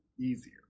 easier